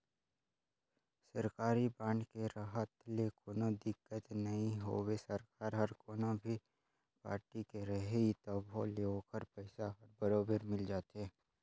सरकारी बांड के रहत ले कोनो दिक्कत नई होवे सरकार हर कोनो भी पारटी के रही तभो ले ओखर पइसा हर बरोबर मिल जाथे